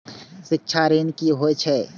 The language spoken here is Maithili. शिक्षा ऋण की होय छै?